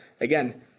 again